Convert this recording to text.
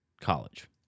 college